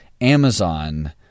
Amazon